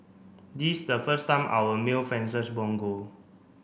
this the first time our male fencers won gold